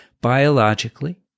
biologically